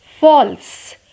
false